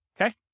Okay